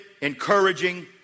encouraging